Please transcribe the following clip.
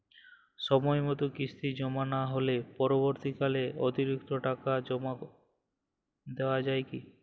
সময় মতো কিস্তি জমা না হলে পরবর্তীকালে অতিরিক্ত টাকা জমা দেওয়া য়ায় কি?